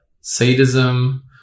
sadism